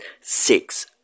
six